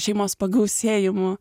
šeimos pagausėjimu